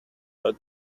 but